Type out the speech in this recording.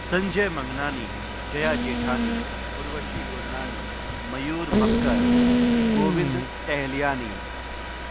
Sanjay Mangnani Jaya Jethani Urvashi Gurnani Mayur Makkar Govind Tahilyani